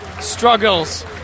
struggles